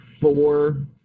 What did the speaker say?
four